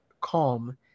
calm